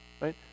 right